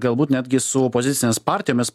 galbūt netgi su opozicinėmis partijomis